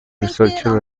researcher